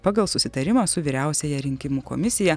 pagal susitarimą su vyriausiąja rinkimų komisija